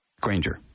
granger